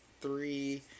three